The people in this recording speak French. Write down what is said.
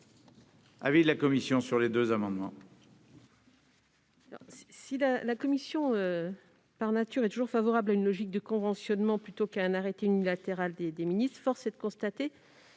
l'avis de la commission sur ces deux amendements